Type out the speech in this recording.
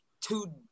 two